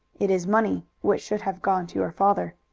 it is money which should have gone to your father.